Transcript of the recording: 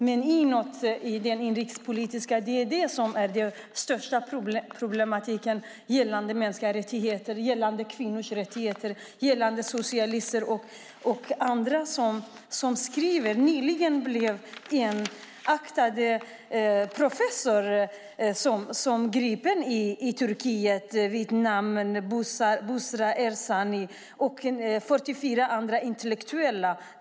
Men inåt, i det inrikespolitiska, finns den största problematiken gällande mänskliga rättigheter, kvinnors rättigheter, socialister och andra som skriver. Nyligen blev en aktad professor vid namn Büsra Ersanli gripen i Turkiet tillsammans med 44 andra intellektuella.